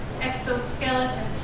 Exoskeleton